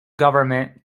government